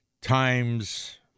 Times